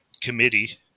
committee